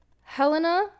helena